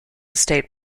state